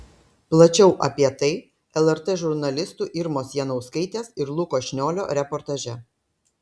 plačiau apie tai lrt žurnalistų irmos janauskaitės ir luko šniolio reportaže